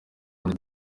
muri